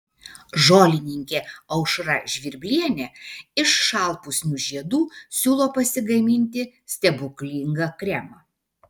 žolininkė aušra žvirblienė iš šalpusnių žiedų siūlo pasigaminti stebuklingą kremą